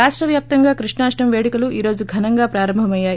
రాష్ట వ్యాప్తంగా కృష్ణాష్టమి పేడుకలు ఈ రోజు ఘనంగా ప్రారంభమయ్యాయి